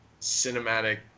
cinematic